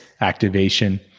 activation